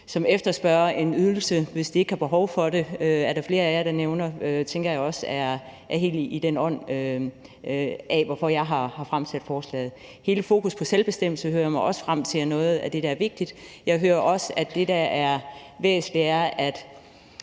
som efterspørger en ydelse, hvis de ikke har behov for den, er der flere af jer, der nævner, og det er også helt i den ånd, jeg har fremsat forslaget. Hele fokusset på selvbestemmelse hører jeg mig også frem til er noget af det, der er vigtigt. Jeg hører også, at det, der er væsentligt, er, at